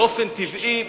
באופן טבעי,